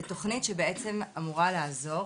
זו תוכנית שבעצם אמורה לעזור